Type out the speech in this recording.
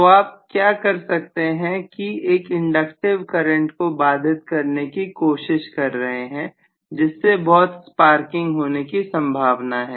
तो आप क्या कर रहे हैं कि एक इंडक्टिव करंट को बाधित करने की कोशिश कर रहे हैं जिससे बहुत स्पार्किंग होने की संभावना है